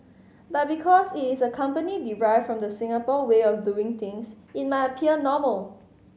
but because it is a company derived from the Singapore way of doing things it might appear normal